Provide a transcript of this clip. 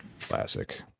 Classic